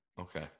Okay